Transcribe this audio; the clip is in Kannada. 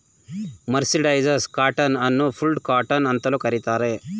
ಮರ್ಸಿಡೈಸಡ್ ಕಾಟನ್ ಅನ್ನು ಫುಲ್ಡ್ ಕಾಟನ್ ಅಂತಲೂ ಕರಿತಾರೆ